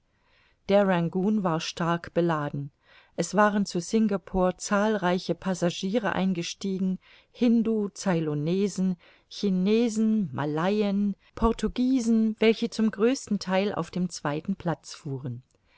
der rangoon war stark beladen es waren zu singapore zahlreiche passagiere eingestiegen hindu ceylonesen chinesen malayen portugiesen welche zum größten theil auf dem zweiten platz fuhren